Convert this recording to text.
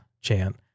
chant